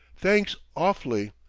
thanks, awf'ly.